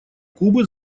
кубы